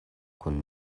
kun